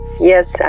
yes